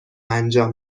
انجام